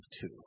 two